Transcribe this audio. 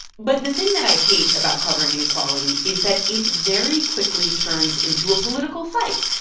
but the thing that i hate about covering inequality is that it very quickly turns into a political fight.